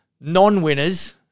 non-winners